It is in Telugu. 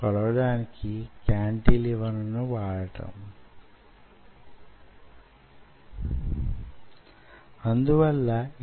మీరే దాన్ని పరిశీలించవచ్చు